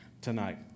tonight